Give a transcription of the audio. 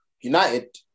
United